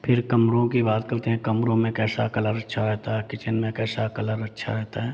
फिर कमरों की बात करते हैं कमरों में कैसा कलर अच्छा रहता है किचन में कैसा कलर अच्छा रहते हैं